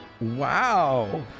Wow